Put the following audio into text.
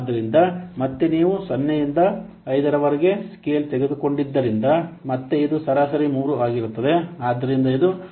ಆದ್ದರಿಂದ ಮತ್ತೆ ನೀವು 0 ರಿಂದ 5 ರವರೆಗೆ ಸ್ಕೇಲ್ ತೆಗೆದುಕೊಂಡಿದ್ದರಿಂದ ಮತ್ತೆ ಇದು ಸರಾಸರಿ 3 ಆಗಿರುತ್ತದೆ ಆದ್ದರಿಂದ ಇದು 1